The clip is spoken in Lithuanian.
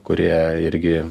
kurie irgi